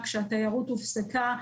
כשהתיירות הופסקה,